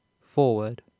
FORWARD